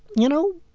you know,